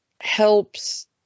helps